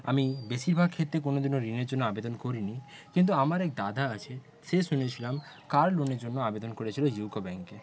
আমি বেশিরভাগ ক্ষেত্রে কোনোদিনও ঋণের জন্য আবেদন করিনি কিন্তু আমার এক দাদা আছে সে শুনেছিলাম কার লোনের জন্য আবেদন করেছিল ইউকো ব্যাংকে